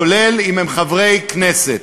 כולל אם הם חברי כנסת.